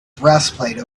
breastplate